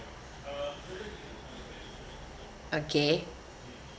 okay